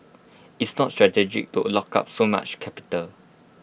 it's not strategic to lock up so much capital